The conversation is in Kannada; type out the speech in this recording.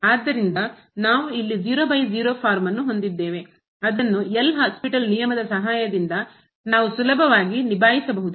ಆದ್ದರಿಂದ ನಾವು ಇಲ್ಲಿ 00 ಫಾರ್ಮ್ ಅನ್ನು ಹೊಂದಿದ್ದೇವೆ ಅದನ್ನು ಎಲ್ ಹಾಸ್ಪಿಟಲ್ ನಿಯಮದ ಸಹಾಯದಿಂದ ನಾವು ಸುಲಭವಾಗಿ ನಿಭಾಯಿಸಬಹುದು